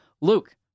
Luke